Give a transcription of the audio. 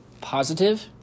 positive